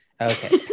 Okay